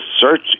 search